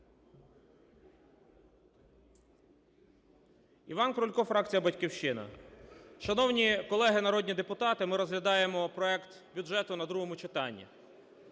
Іван Крулько, фракція "Батьківщина". Шановні колеги народні депутати, ми розглядаємо проект бюджету на другому читанні,